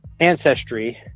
ancestry